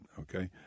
okay